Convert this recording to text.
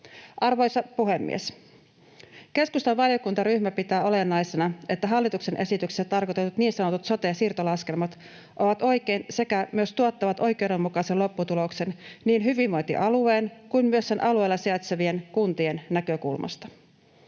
Arvoisa puhemies! Keskustan valiokuntaryhmä pitää olennaisena, että hallituksen esityksessä tarkoitetut niin sanotut sote-siirtolaskelmat ovat oikein sekä tuottavat oikeudenmukaisen lopputuloksen niin hyvinvointialueen kuin sen alueella sijaitsevien kuntien näkökulmasta.